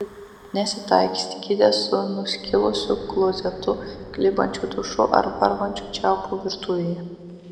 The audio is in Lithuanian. nesitaikstykite su nuskilusiu klozetu klibančiu dušu ar varvančiu čiaupu virtuvėje